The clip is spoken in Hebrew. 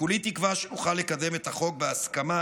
וכולי תקווה שנוכל לקדם את החוק בהסכמה